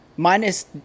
Minus